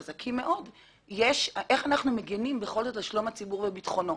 איך אנחנו מגינים על שלום הציבור וביטחונו.